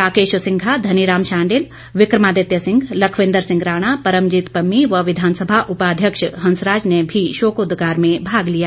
राकेश सिंघा धनीराम शांडिल विक्रमादित्य सिंह लखविंद्र सिंह राणा परमजीत पम्मी व विधानसभा उपाध्यक्ष हंसराज ने भी शोकोदगार में भाग लिया